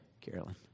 Carolyn